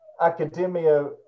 Academia